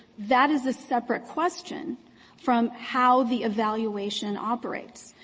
that is a separate question from how the evaluation operates,